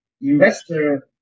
investor